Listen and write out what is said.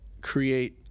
create